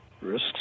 risks